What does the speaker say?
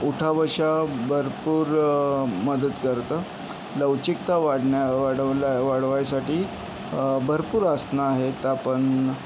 उठाबशा भरपूर मदत करतं लवचिकता वाढण्या वाढवल्या वाढवायसाठी भरपूर आसनं आहेत आपण